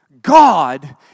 God